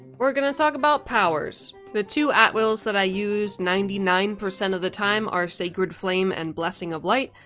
we're gonna talk about powers. the two at wills that i use ninety nine percent of the time are sacred flame and blessing of light.